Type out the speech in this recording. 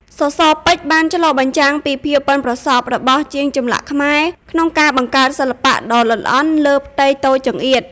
សសរពេជ្របានឆ្លុះបញ្ចាំងពីភាពប៉ិនប្រសប់របស់ជាងចម្លាក់ខ្មែរ ក្នុងការបង្កើតសិល្បៈដ៏ល្អិតល្អន់លើផ្ទៃតូចចង្អៀត។